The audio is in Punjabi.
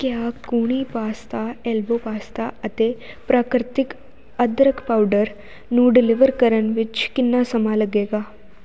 ਕਿਆ ਕੂਣੀ ਪਾਸਤਾ ਐਲਬੋ ਪਾਸਤਾ ਅਤੇ ਪ੍ਰਕਿਰਤਿਕ ਅਦਰਕ ਪਾਊਡਰ ਨੂੰ ਡਿਲੀਵਰ ਕਰਨ ਵਿੱਚ ਕਿੰਨਾ ਸਮਾਂ ਲੱਗੇਗਾ